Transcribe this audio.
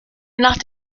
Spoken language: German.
nach